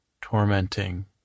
Tormenting